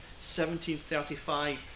1735